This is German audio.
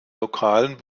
lokalen